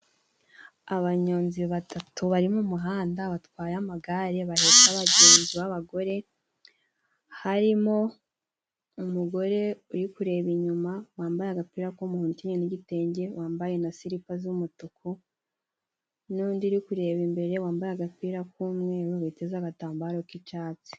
Abanyonzi batatu bari mu muhanda batwaye amagare bahetse abagenzi b'abagore harimo :umugore uri kureba inyuma wambaye agapira k'umuhondo , ukenyeye n'igitenge wambaye na silipa z'umutuku ,n'undi uri kureba imbere wambaye agapira k'umweru witeze agatambaro g'icatsi.